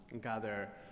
gather